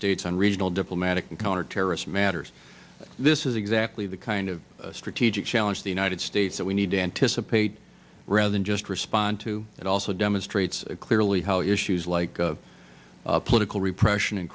states on regional diplomatic and counterterrorism matters this is exactly the kind of strategic challenge the united states that we need and dissipate rather than just respond to it also demonstrates clearly how issues like political repression and